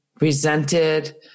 resented